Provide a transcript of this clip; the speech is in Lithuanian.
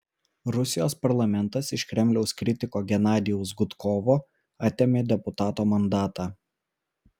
rusijos parlamentas iš kremliaus kritiko genadijaus gudkovo atėmė deputato mandatą